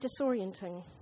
disorienting